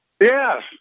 Yes